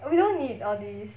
we don't need all these